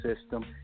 system